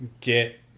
get